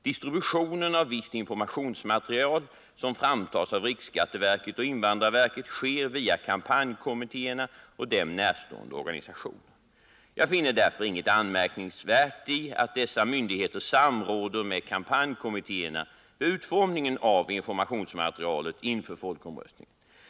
Distributionen av visst informationsmaterial som framtas av riksskatteverket och invandrarverket sker via kampanjkommittéerna och dem närstående organisationer. Jag finner därför inget anmärkningsvärt i att dessa myndigheter samråder med kampanjkommittéerna vid utformningen av informationsmaterialet inför folkomröstningen.